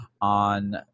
on